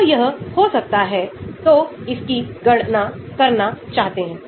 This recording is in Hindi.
तो कई प्रक्रियाएं इस पर निर्भर करती हैं